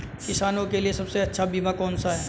किसानों के लिए सबसे अच्छा बीमा कौन सा है?